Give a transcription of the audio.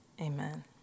amen